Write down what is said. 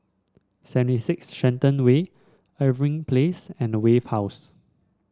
Seventy Six Shenton Way Irving Place and Wave House